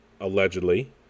Allegedly